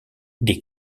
des